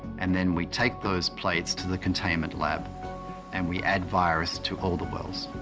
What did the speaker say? and then we take those plates to the containment lab and we add virus to all the wells.